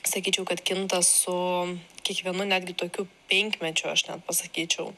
sakyčiau kad kinta su kiekvienu netgi tokiu penkmečiu aš net pasakyčiau